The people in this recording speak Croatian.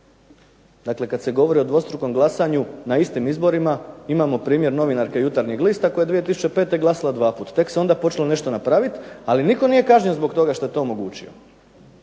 Dakle, kad se govori o dvostrukom glasanju na istim izborima imamo primjer novinarke Jutarnjeg lista koja je 2005. glasala 2, tek se onda počelo nešto napraviti, ali nitko nije kažnjen zbog toga što je to omogućio.